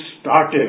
started